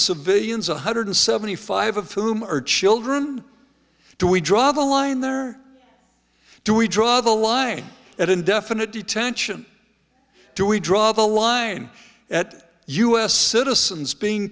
civilians one hundred seventy five of whom are children do we draw the line there do we draw the line at indefinite detention do we draw the line at u s citizens being